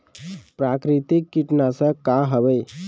प्राकृतिक कीटनाशक का हवे?